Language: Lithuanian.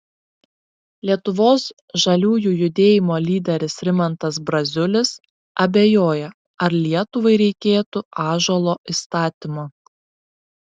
lietuvos žaliųjų judėjimo lyderis rimantas braziulis abejoja ar lietuvai reikėtų ąžuolo įstatymo